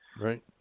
right